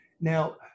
Now